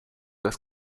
das